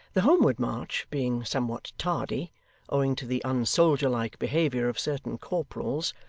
the homeward march being somewhat tardy owing to the un-soldierlike behaviour of certain corporals,